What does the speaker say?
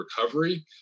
recovery